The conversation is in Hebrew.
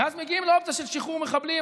ואז מגיעים לאופציה של שחרור מחבלים.